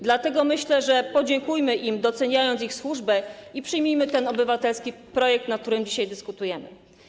Dlatego myślę tak: podziękujmy im, doceniając ich służbę, i przyjmijmy ten obywatelski projekt, nad którym dzisiaj dyskutujemy.